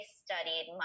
studied